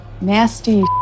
nasty